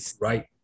Right